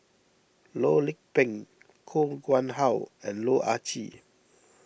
Loh Lik Peng Koh Nguang How and Loh Ah Chee